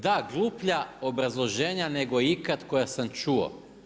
Da, gluplja obrazloženja nego ikad koja sam čuo.